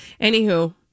Anywho